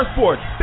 Sports